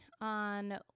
on